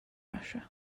russia